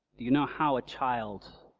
do you know how a child